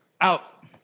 out